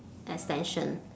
extension